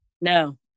No